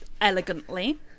elegantly